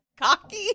cocky